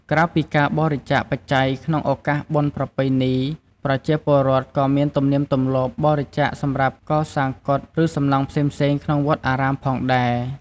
ក្រៅពីការបរិច្ចាគបច្ច័យក្នុងឱកាសបុណ្យប្រពៃណី ប្រជាពលរដ្ឋក៏មានទំនៀមទម្លាប់ បរិច្ចាគសម្រាប់កសាងកុដិ ឬសំណង់ផ្សេងៗ ក្នុងវត្តអារាមផងដែរ។